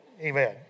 Amen